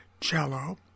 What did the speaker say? cello